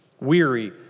Weary